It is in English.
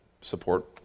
support